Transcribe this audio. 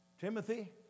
Timothy